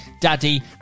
Daddy